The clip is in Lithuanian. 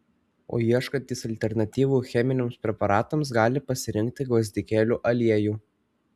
o ieškantys alternatyvų cheminiams preparatams gali pasirinkti gvazdikėlių aliejų